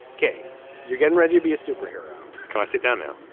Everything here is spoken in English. ok you're getting ready to be a superhero. can i sit down now.